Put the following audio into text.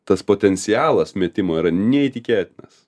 tas potencialas metimo yra neįtikėtinas